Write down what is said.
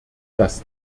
das